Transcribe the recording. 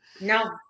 No